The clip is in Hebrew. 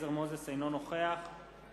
אילון, נגד